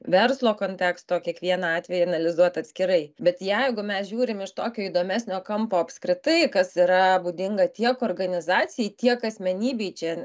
verslo konteksto kiekvieną atvejį analizuot atskirai bet jeigu mes žiūrim iš tokio įdomesnio kampo apskritai kas yra būdinga tiek organizacijai tiek asmenybei čia